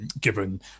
given